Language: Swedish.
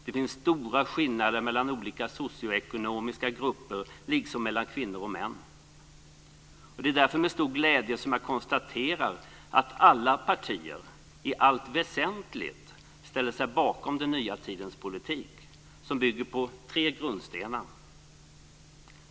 Det finns stora skillnader mellan olika socioekonomiska grupper liksom mellan kvinnor och män. Det är därför som jag med stor glädje konstaterar att alla partier i allt väsentligt ställer sig bakom den nya tidens politik som bygger på tre grundstenar.